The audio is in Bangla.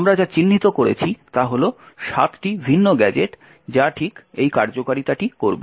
আমরা যা চিহ্নিত করেছি তা হল 7টি ভিন্ন গ্যাজেট যা ঠিক এই কার্যকারিতাটি করবে